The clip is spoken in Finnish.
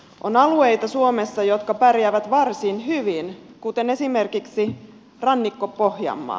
on alueita suomessa jotka pärjäävät varsin hyvin kuten esimerkiksi rannikko pohjanmaa